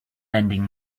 lending